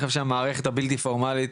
אני חושב שהמערכת הבלתי הפורמליות